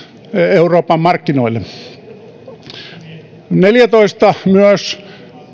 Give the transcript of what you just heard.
euroopan markkinoille kaksituhattaneljätoista myös